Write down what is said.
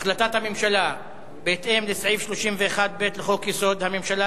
החלטת הממשלה בהתאם לסעיף 31(ב) לחוק-יסוד: הממשלה,